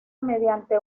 mediante